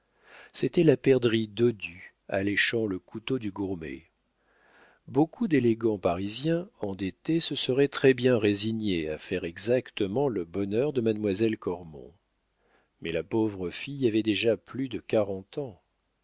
c'était la perdrix dodue alléchant le couteau du gourmet beaucoup d'élégants parisiens endettés se seraient très-bien résignés à faire exactement le bonheur de mademoiselle cormon mais la pauvre fille avait déjà plus de quarante ans